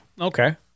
okay